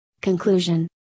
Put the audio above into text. Conclusion